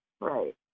Right